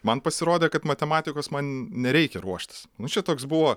man pasirodė kad matematikos man nereikia ruoštis nu čia toks buvo